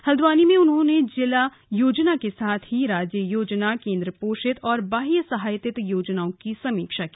हल्द्वानी में उन्होंने जिला योजना के साथ ही राज्य योजना केन्द्र पोषित और वाहृय सहायतित योजनाओं की समीक्षा की